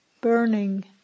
burning